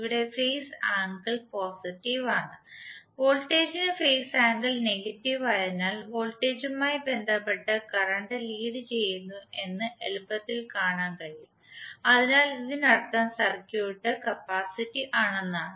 ഇവിടെ phase angle positive ആണ് voltage നു ഫേസ് ആംഗിൾ നെഗറ്റീവ് ആയതിനാൽ വോൾട്ടേജുമായി ബന്ധപ്പെട്ട് കറന്റ് ലീഡ് ചെയ്യുന്നുവെന്ന് നിങ്ങൾക്ക് എളുപ്പത്തിൽ കാണാൻ കഴിയും അതിനാൽ ഇതിനർത്ഥം സർക്യൂട്ട് കപ്പാസിറ്റീവ് ആണെന്നാണ്